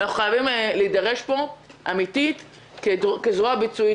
אנחנו חייבים להידרש פה אמיתית כזרוע ביצועית,